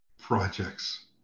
projects